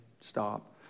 stop